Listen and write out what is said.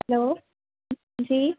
हलो जी